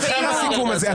--- לאחר הסיכום הזה.